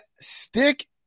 Stick